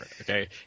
Okay